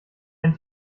ein